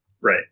Right